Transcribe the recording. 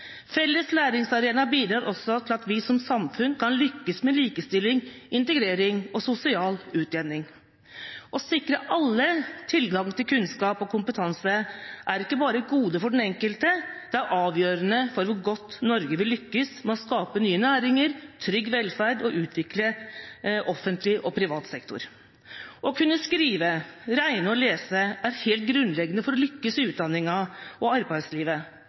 felles læringsarena bidrar også til at vi som samfunn kan lykkes med likestilling, integrering og sosial utjevning. Å sikre alle tilgang til kunnskap og kompetanse er ikke bare et gode for den enkelte; det er avgjørende for hvor godt Norge vil lykkes med å skape nye næringer, trygg velferd og å utvikle offentlig og privat sektor. Å kunne skrive, regne og lese er helt grunnleggende for å lykkes i utdanning og